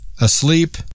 asleep